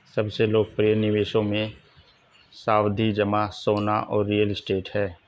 सबसे लोकप्रिय निवेशों मे, सावधि जमा, सोना और रियल एस्टेट है